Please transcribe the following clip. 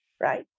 right